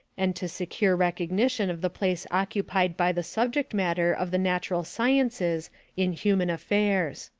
and to secure recognition of the place occupied by the subject matter of the natural sciences in human affairs.